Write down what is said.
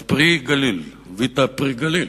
את "ויטה פרי הגליל".